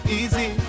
easy